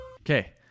Okay